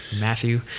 Matthew